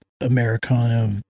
Americana